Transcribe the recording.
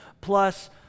Plus